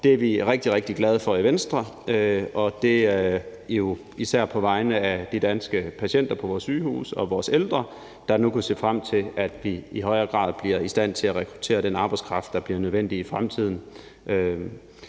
Det er vi rigtig, rigtig glade for i Venstre, og det er vi jo især på vegne af de danske patienter på vores sygehuse og vores ældre, der nu kan se frem til, at vi i højere grad bliver i stand til at rekruttere den arbejdskraft, der bliver nødvendig i fremtiden.